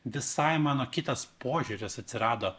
visai mano kitas požiūris atsirado